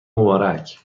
مبارک